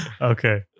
Okay